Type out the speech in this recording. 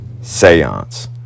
Seance